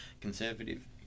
conservative